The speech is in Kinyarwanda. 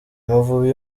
amavubi